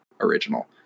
original